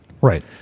Right